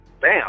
bam